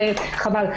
וחבל.